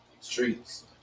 streets